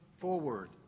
forward